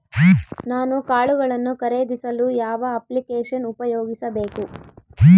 ನಾನು ಕಾಳುಗಳನ್ನು ಖರೇದಿಸಲು ಯಾವ ಅಪ್ಲಿಕೇಶನ್ ಉಪಯೋಗಿಸಬೇಕು?